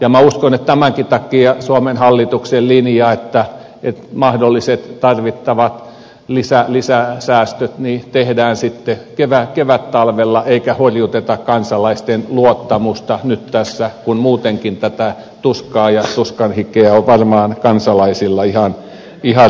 ja minä uskon että tämänkin takia suomen hallituksen linja on että mahdolliset tarvittavat lisäsäästöt tehdään sitten kevättalvella eikä horjuteta kansalaisten luottamusta nyt tässä kun muutenkin tätä tuskaa ja tuskanhikeä on varmaan kansalaisilla ihan riittävästi